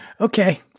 Okay